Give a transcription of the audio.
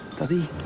does he?